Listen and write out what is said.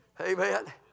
amen